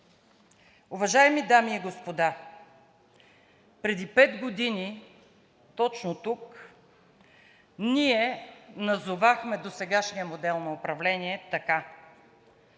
Уважаеми дами и господа, преди пет години точно тук ние назовахме досегашния модел на управление така: